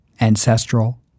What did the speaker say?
ancestral